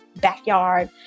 backyard